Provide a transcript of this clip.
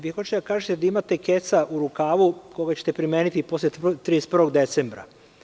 Vi hoćete da kažete da imate keca u rukavu koga ćete primeniti posle 31. decembra.